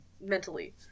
mentally